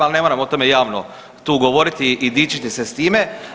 Ali ne moram o tome javno tu govoriti i dičiti se s time.